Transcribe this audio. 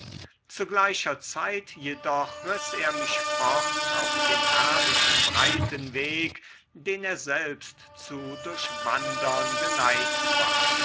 zu gleicher zeit jedoch riß er mich fort auf den herrlichen breiten weg den er selbst zu durchwandern geneigt war